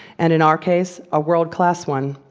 and in our case, a world class one.